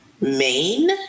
Maine